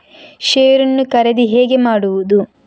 Share ನ್ನು ಖರೀದಿ ಹೇಗೆ ಮಾಡುವುದು?